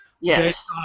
Yes